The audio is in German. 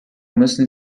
müssen